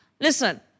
Listen